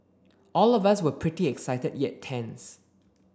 all of us were pretty excited yet tense